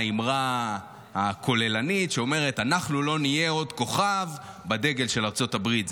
האמרה הכוללנית שאומרת: אנחנו לא נהיה עוד כוכב בדגל של ארצות הברית,